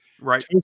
Right